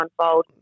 unfold